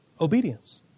obedience